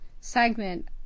segment